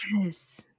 Yes